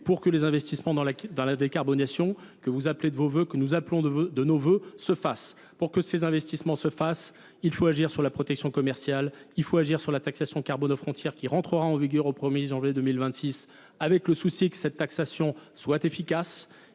pour que les investissements dans la décarbonation, que vous appelez de vos voeux, que nous appelons de nos voeux, se fassent. Pour que ces investissements se fassent, il faut agir sur la protection commerciale, il faut agir sur la taxation carbone aux frontières qui rentrera en vigueur aux promesses en 2020-2026 avec le souci que cette taxation soit efficace